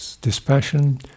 dispassion